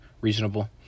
reasonable